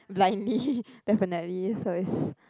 blindly definitely so is